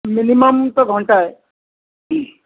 minimum ତ ଘଣ୍ଟାଏ